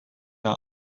are